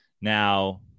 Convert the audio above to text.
Now